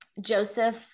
joseph